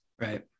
Right